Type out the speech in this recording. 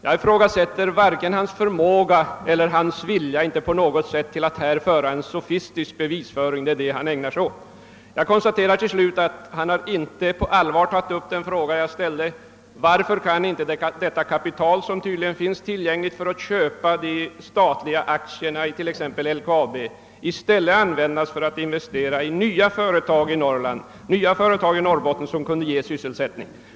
Jag ifrågasätter varken hans förmåga eller hans vilja att här driva en sofistisk bevisföring — det är det han ägnar sig åt. Jag konstaterar att herr Ohlin inte på allvar tagit upp den fråga jag ställde: Varför kan inte detta kapital, som tydligen finns tillgängligt för att köpa de statliga aktierna i t.ex. LKAB, i stället användas för investeringar i nya företag i Norrbotten, som kunde ge sysselsättning?